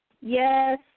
Yes